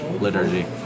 liturgy